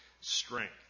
strength